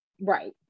Right